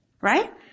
Right